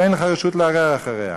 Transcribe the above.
ואין לך רשות לערער אחריה.